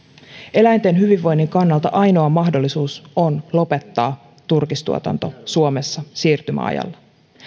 eläinten hyvinvoinnin kannalta ainoa mahdollisuus on lopettaa turkistuotanto suomessa siirtymäajalla